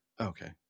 Okay